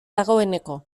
dagoeneko